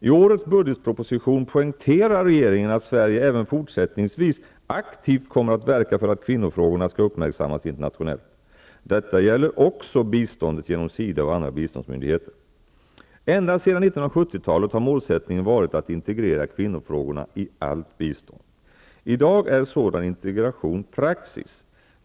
I årets budgetproposition poängterar regeringen att Sverige även fortsättningsvis aktivt kommer att verka för att kvinnofrågorna skall uppmärksammas internationellt. Detta gäller också biståndet genom Ända sedan 1970-talet har målsättningen varit att integrera kvinnofrågorna i allt bistånd. I dag är sådan integration praxis.